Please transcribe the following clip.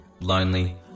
lonely